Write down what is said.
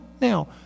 Now